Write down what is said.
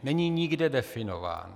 Není nikde definován.